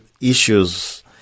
issues